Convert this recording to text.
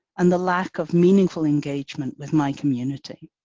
and the lack of meaningful engagement with my community.